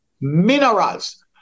Minerals